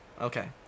Okay